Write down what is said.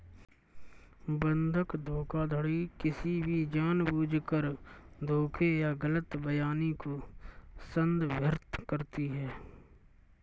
बंधक धोखाधड़ी किसी भी जानबूझकर धोखे या गलत बयानी को संदर्भित करती है